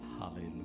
Hallelujah